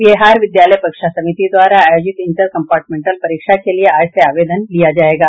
बिहार विद्यालय परीक्षा समिति द्वारा आयोजित इंटर कंपार्टमेंटल परीक्षा के लिए आज से आवेदन लिया जायेगा